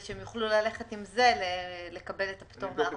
כדי שהם יוכלו ללכת אתו לקבל את הפטור מארנונה.